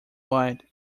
white